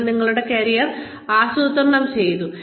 നിങ്ങൾ നിങ്ങളുടെ കരിയർ ആസൂത്രണം ചെയ്തു